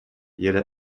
jede